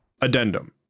Addendum